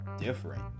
different